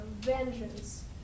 vengeance